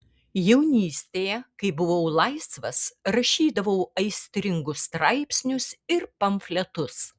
jaunystėje kai buvau laisvas rašydavau aistringus straipsnius ir pamfletus